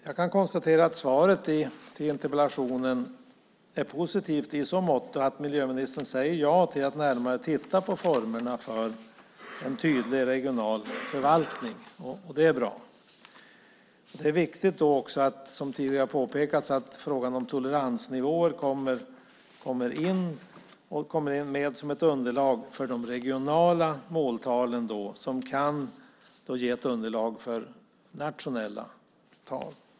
Jag kan konstatera att svaret på interpellationen är positivt i så måtto att miljöministern säger ja till att närmare titta på formerna för en tydlig regional förvaltning. Det är bra. Det är då också viktigt, som tidigare har påpekats, att frågan om toleransnivåer kommer in som ett underlag för de regionala måltalen som kan ge ett underlag för nationella tal.